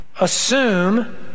assume